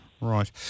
Right